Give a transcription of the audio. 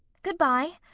good-by,